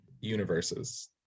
universes